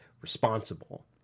responsible